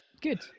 Good